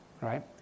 right